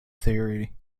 theory